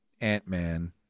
Ant-Man